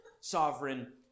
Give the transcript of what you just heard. sovereign